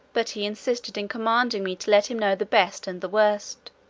but he insisted in commanding me to let him know the best and the worst.